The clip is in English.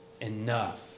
enough